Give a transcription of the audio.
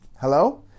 hello